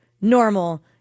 normal